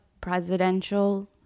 presidential